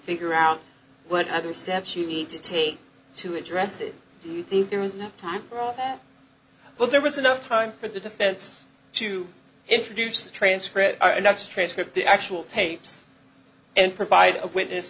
figure out what other steps you need to take to address it do you think there is no time for that but there was enough time for the defense to introduce a transcript and that's a transcript the actual tapes and provide a witness